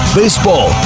baseball